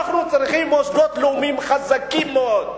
אנחנו צריכים מוסדות לאומיים חזקים מאוד,